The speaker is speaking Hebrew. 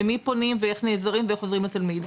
למי פונים ואיך נעזרים ואיך עוזרים לתלמיד,